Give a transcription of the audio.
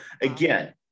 again